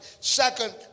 Second